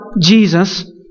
Jesus